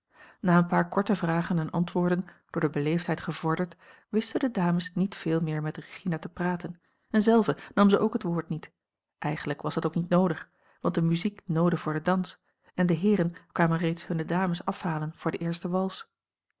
na een paar korte vragen en antwoorden door de beleefdheid gevorderd wisten de dames niet veel meer met regina te praten en zelve nam ze ook het woord niet eigenlijk was dat ook niet noodig want de muziek noodde voor den dans en de heeren kwamen reeds hunne dames afhalen voor de eerste wals